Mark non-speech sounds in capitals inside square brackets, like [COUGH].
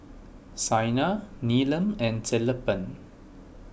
Saina Neelam and [UNINTELLIGIBLE]